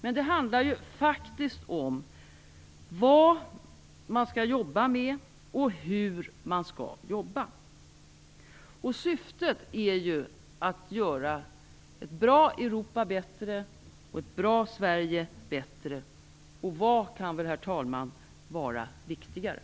Men det handlar ju faktiskt om vad man skall jobba med, och om hur man skall jobba. Syftet är ju att göra ett bra Europa och ett bra Sverige bättre. Vad kan väl, herr talman, vara viktigare?